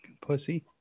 pussy